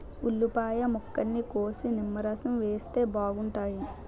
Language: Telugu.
ఉల్లిపాయ ముక్కల్ని కోసి నిమ్మరసం వేస్తే బాగుంటాయి